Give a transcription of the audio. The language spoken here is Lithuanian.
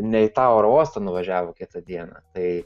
ne tą oro uostą nuvažiavo kitą dieną tai